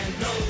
No